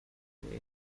توسعه